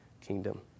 kingdom